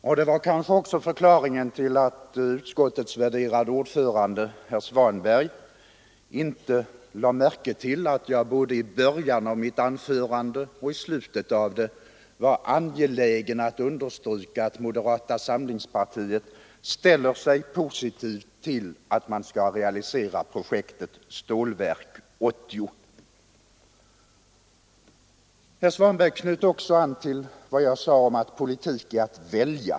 Och det var måhända också förklaringen till att utskottets värderade ordförande, herr Svanberg, inte lade märke till att jag både i början och i slutet av mitt anförande var angelägen att understryka att moderata samlingspartiet ställer sig positivt till att man skall realisera projektet Stålverk 80. Herr Svanberg knöt också an till vad jag sade om att politik är att välja.